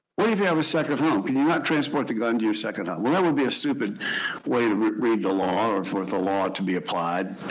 if you have a second home? can you not transport the gun to your second home? well, that would be a stupid way to read the law, or for the law to be applied,